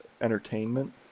entertainment